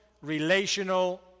relational